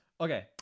Okay